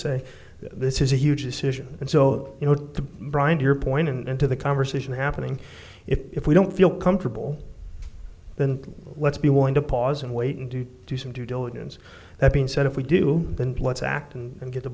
say this is a huge decision and so you know brian to your point and to the conversation happening if we don't feel comfortable then let's be willing to pause and wait and to do some due diligence that being said if we do then plots act and get the